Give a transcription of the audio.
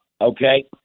okay